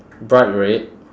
bright red